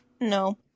No